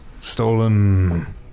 stolen